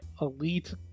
elite